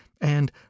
and